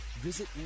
Visit